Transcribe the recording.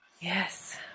Yes